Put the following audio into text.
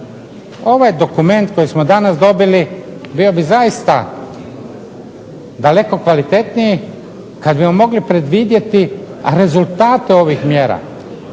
Ovaj dokument koji smo danas dobili bio bi zaista daleko kvalitetniji kad bimo mogli predvidjeti rezultate ovih mjera.